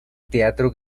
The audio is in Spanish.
teatro